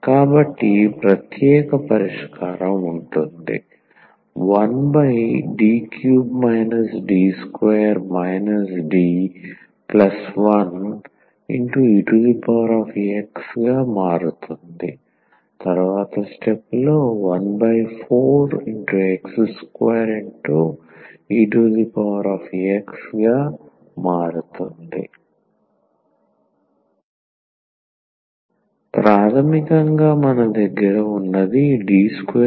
కాబట్టి ప్రత్యేక పరిష్కారం ఉంటుంది 1D3 D2 D1ex 14x2ex ప్రాథమికంగా మన దగ్గర ఉన్నది D2D5y3